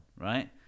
right